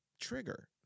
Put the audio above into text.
trigger